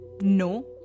No